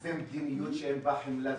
זה מדיניות שאין בה חמלה,